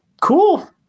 cool